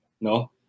No